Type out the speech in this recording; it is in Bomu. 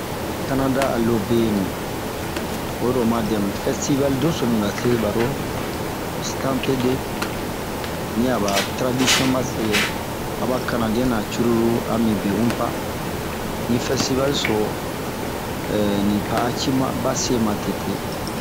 Kanada a lobenu oyi lo oma dɛmu, fɛstivale dɛso minba se baro Skanpede nɛ aba taradisiɔn base aba kanadiɛn ra cururu a mi be unpa. Din fɛstivale so, li pa'a cii ba se matete.